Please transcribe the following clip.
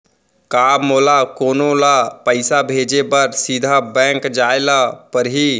का मोला कोनो ल पइसा भेजे बर सीधा बैंक जाय ला परही?